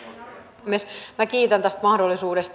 minä kiitän tästä mahdollisuudesta